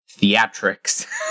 theatrics